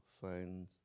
find